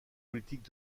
politique